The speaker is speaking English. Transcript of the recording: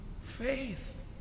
faith